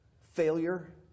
failure